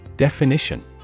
Definition